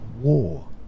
War